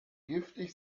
giftig